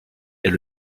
est